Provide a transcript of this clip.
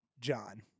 John